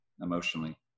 emotionally